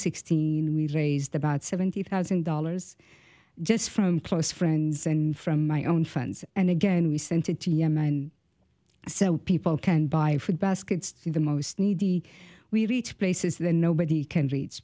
sixteen we raised about seventy thousand dollars just from close friends and from my own funds and again we sent it to yemen and so people can buy food baskets to the most needy we reach places then nobody can reach